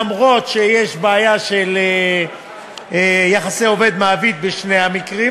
אף שיש בעיה של יחסי עובד מעביד בשני המקרים.